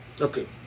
Okay